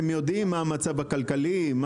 הם יודעים מה המצב הכלכלי,